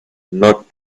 not